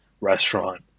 restaurant